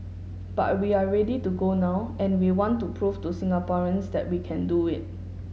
but we are ready to go now and we want to prove to Singaporeans that we can do it